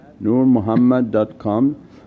Nurmuhammad.com